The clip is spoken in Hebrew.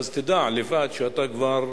ואז תדע לבד שאתה כבר